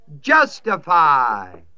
Justify